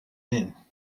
name